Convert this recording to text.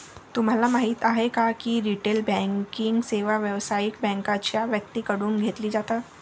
तुम्हाला माहिती आहे का की रिटेल बँकिंग सेवा व्यावसायिक बँकांच्या व्यक्तींकडून घेतली जातात